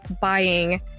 buying